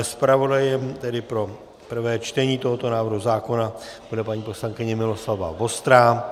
Zpravodajem pro prvé čtení tohoto návrhu zákona bude paní poslankyně Miloslava Vostrá.